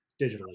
digitally